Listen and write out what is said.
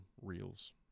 reels